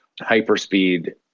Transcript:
hyperspeed